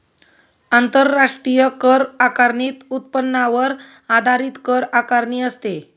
आंतरराष्ट्रीय कर आकारणीत उत्पन्नावर आधारित कर आकारणी असते